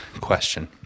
question